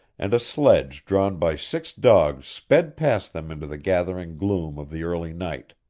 and a sledge drawn by six dogs sped past them into the gathering gloom of the early night.